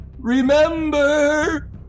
Remember